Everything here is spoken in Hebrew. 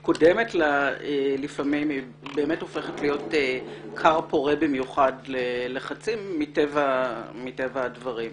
שלפעמים קודמת באמת הופכת להיות כר פורה במיוחד ללחצים מטבע הדברים.